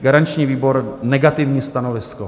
Garanční výbor: negativní stanovisko.